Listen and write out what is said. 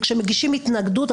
כי הרי כשמגישים התנגדות,